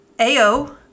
AO